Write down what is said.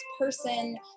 person